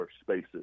spaces